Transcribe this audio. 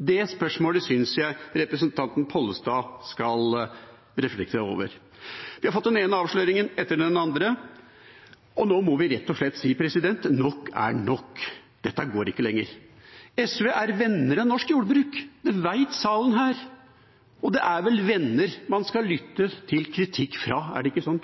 Det spørsmålet synes jeg representanten Pollestad skal reflektere over. Vi har fått den ene avsløringen etter den andre, og nå må vi rett og slett si at nok er nok, dette går ikke lenger. SV er venner av norsk jordbruk, det vet salen her, og det er vel venner man skal lytte til kritikk fra, er det ikke sånn?